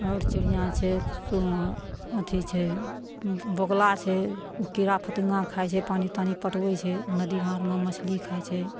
आओर चिड़िआँ छै तऽ अथी छै बगुला छै ओ कीड़ा फतिङ्गा खाइ छै पानि तानि पटबै छै नदी हाँड़मे मछली खाइ छै